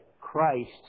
Christ